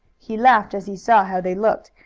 he laughed as he saw how they looked,